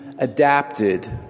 Adapted